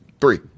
Three